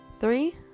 three